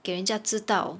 给人家知道